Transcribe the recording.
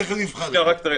תכף נבחן את זה.